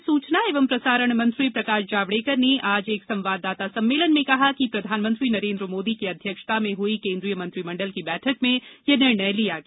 केन्द्रीय सूचना एवं प्रसारण मंत्री प्रकाश जावड़ेकर ने आज एक संवाददाता सम्मेलन में कहा कि प्रधानमंत्री नरेन्द्र मोदी की अध्यक्षता में हुई केन्द्रीय मंत्रिमंडल की बैठक में यह निर्णय लिया गया